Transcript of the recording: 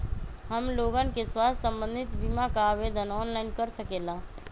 हमन लोगन के स्वास्थ्य संबंधित बिमा का आवेदन ऑनलाइन कर सकेला?